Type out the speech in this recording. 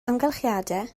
amgylchiadau